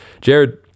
Jared